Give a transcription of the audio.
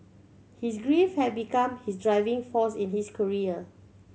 his grief had become his driving force in his career